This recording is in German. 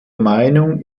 meinung